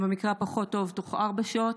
ובמקרה הפחות-טוב תוך ארבע שעות.